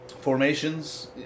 formations